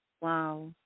Wow